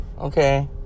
Okay